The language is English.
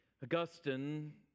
Augustine